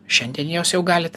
šiandien jos jau galit